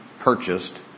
purchased